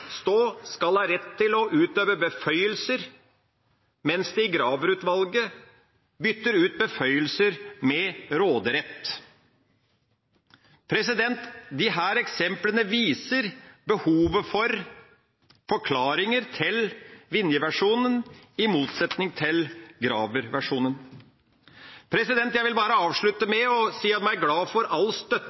stå: «skal ha rett til å utøve beføyelser», mens de i Graver-utvalget bytter ut «beføyelser» med «råderett». Disse eksemplene viser behovet for forklaringer til Vinje-versjonen, i motsetning til Graver-versjonen. Jeg vil bare avslutte med å si at jeg er glad for all støtte